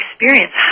experience